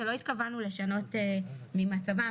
שלא התכוונו לשנות ממצבם.